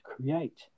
create